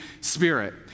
Spirit